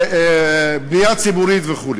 בנייה ציבורית וכו'.